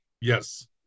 Yes